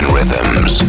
Rhythms